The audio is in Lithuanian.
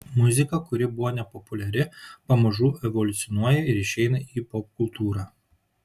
muzika kuri buvo nepopuliari pamažu evoliucionuoja ir išeina į popkultūrą